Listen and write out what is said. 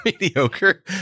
mediocre